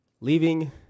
leaving